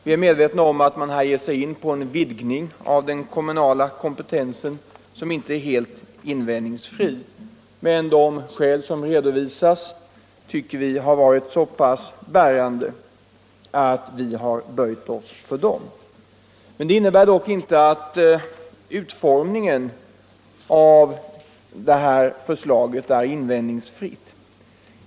Vi är medvetna om att man här ger sig in på en utvidgning av den kommunala kompetensen som inte är helt invändningsfri, men de skäl som har redovisats tycker vi har varit så pass bärande att vi har böjt oss för dem. Det innebär dock inte att utformningen av förslaget är invändningsfri.